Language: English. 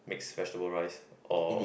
mixed vegetable rice or